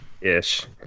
Ish